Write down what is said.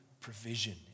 provision